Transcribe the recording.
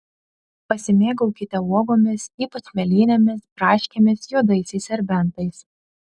pasimėgaukite uogomis ypač mėlynėmis braškėmis juodaisiais serbentais